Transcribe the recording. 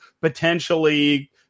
potentially